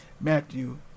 Matthew